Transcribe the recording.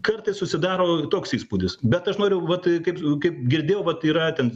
kartais susidaro toks įspūdis bet aš noriu vat kaip kaip girdėjau vat yra ten